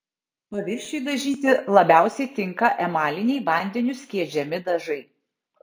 paviršiui dažyti labiausiai tinka emaliniai vandeniu skiedžiami dažai